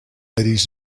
ladies